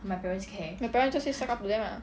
my parents just say suck up to them lah